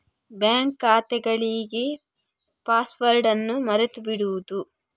bank ಖಾತೆಗಳಿಗೆ password ಅನ್ನು ಮರೆತು ಬಿಡುವುದು